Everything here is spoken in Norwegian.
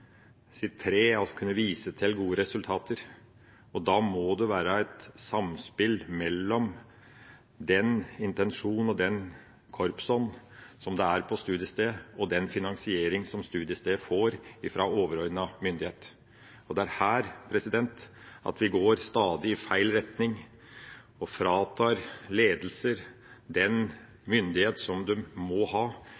kunne vise til gode resultater. Da må det være et samspill mellom den intensjon og den korpsånd som er på studiestedet, og den finansiering som studiestedet får ifra overordnet myndighet. Det er her vi stadig går i feil retning og fratar ledelsen den